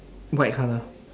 white colour